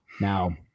Now